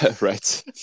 Right